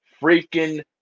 freaking